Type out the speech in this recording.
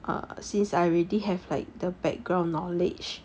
uh since I already have like the background knowledge